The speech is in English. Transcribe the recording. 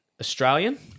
Australian